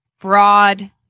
Broad